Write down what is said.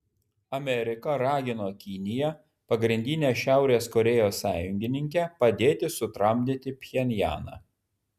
amerika ragino kiniją pagrindinę šiaurės korėjos sąjungininkę padėti sutramdyti pchenjaną